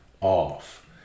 off